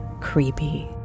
creepy